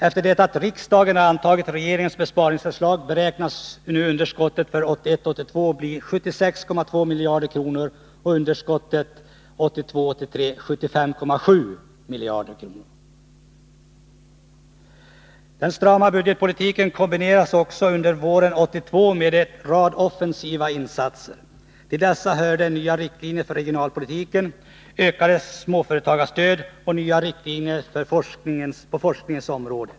Efter det att riksdagen har antagit regeringens besparingsförslag beräknas underskottet för 1981 83 beräknas bli 75,7 miljarder kronor. Den strama budgetpolitiken kombineras också under våren 1982 med en rad offensiva insatser. Till dessa hörde nya riktlinjer för regionalpolitiken, ökat småföretagsstöd och nya riktlinjer på forskningens område.